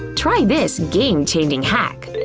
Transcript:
try this game-changing hack.